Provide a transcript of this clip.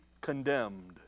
condemned